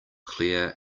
clear